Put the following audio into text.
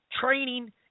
training